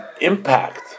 impact